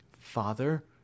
Father